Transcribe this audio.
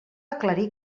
aclarir